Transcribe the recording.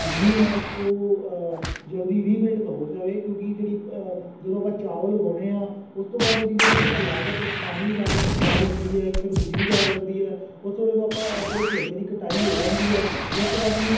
ਭੂਮੀ ਹੈ ਉਹ ਜਲਦੀ ਰੀਬਿਲਡ ਕਾ ਹੋ ਜਾਵੇ ਕਿਉਂਕਿ ਜਿਹੜੀ ਜਦੋਂ ਆਪਾਂ ਚਾਵਲ ਉਗਾਉਣੇ ਆ ਉਸ ਤੋਂ ਬਾਅਦ ਉਹਦੀ ਜਿਹੜੀ ਇੱਕ ਤਾਂ ਲਾਗਤ ਇੱਕ ਪਾਣੀ ਦੀ ਲਾਗਤ ਜ਼ਿਆਦਾ ਲੱਗਦੀ ਹੈ ਇੱਕ ਫਿਰ ਉਹ ਬਿਜਲੀ ਜ਼ਿਆਦਾ ਲੱਗਦੀ ਹੈ ਉੱਥੋਂ ਜਦੋਂ ਆਪਾਂ ਜਦੋਂ ਝੋਨੇ ਦੀ ਕਟਾਈ ਹੋ ਜਾਂਦੀ ਹੈ ਉਸ ਤੋਂ ਬਾਅਦ ਉਹਨੂੰ